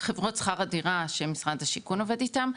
חברות שכר הדירה שמשרד השיכון עובד איתם,